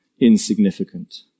insignificant